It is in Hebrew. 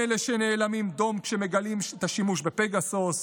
אין לי ציפיות מאלה שנאלמים דום כשמגלים את השימוש בפגסוס,